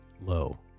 low